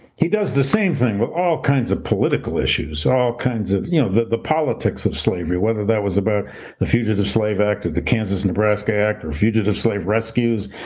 he does the same thing with all kinds of political issues, all kinds of you know the the politics of slavery, whether that was about the fugitive slave act of the kansas-nebraska act or fugitive slave rescues,